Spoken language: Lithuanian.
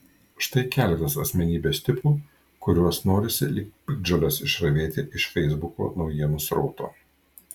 štai keletas asmenybės tipų kuriuos norisi lyg piktžoles išravėti iš feisbuko naujienų srauto